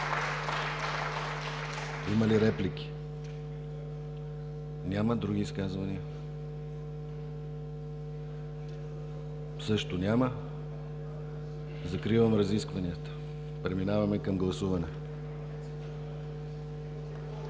Има ли реплики? Няма. Други изказвания? Също няма. Закривам разискванията, преминаваме към гласуване.